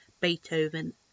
Beethoven